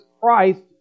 Christ